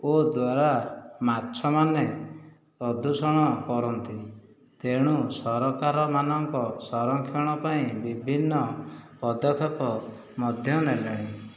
ଓ ଦ୍ଵାରା ମାଛମାନେ ପ୍ରଦୂଷଣ କରନ୍ତି ତେଣୁ ସରକାର ମାନଙ୍କ ସରଂକ୍ଷଣ ପାଇଁ ବିଭିନ୍ନ ପଦକ୍ଷେପ ମଧ୍ୟ ନେଲେଣି